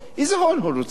איזה הון הוא רוצה להלבין?